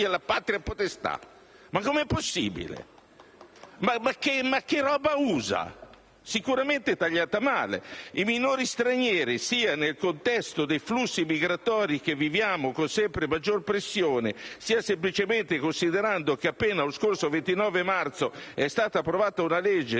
la patria potestà? Ma come è possibile? Che "roba" usa? Sicuramente tagliata male! I minori stranieri, sia nel contesto dei flussi migratori che viviamo con sempre maggiore pressione, sia semplicemente considerando che appena lo scorso 29 marzo è stata approvata una legge